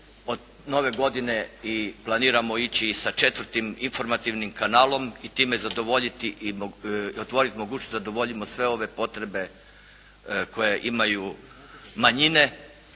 Od nove godine planiramo ići i sa 4. informativnim kanalom i time zadovoljiti i otvoriti mogućnost da zadovoljimo sve ove potrebe koje imaju manjine